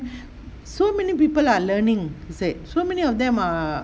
so many people are learning he said so many of them are